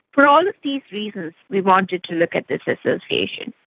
for all of these reasons we wanted to look at this association.